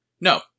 No